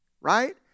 right